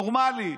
נורמלי,